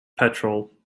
petrol